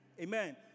Amen